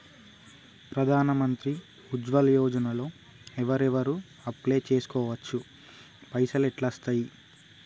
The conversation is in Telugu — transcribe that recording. ప్రధాన మంత్రి ఉజ్వల్ యోజన లో ఎవరెవరు అప్లయ్ చేస్కోవచ్చు? పైసల్ ఎట్లస్తయి?